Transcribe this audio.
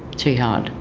too hard.